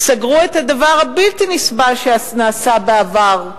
סגרו את הדבר הבלתי-נסבל שנעשה בעבר,